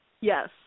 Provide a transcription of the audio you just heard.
Yes